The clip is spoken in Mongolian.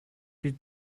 бид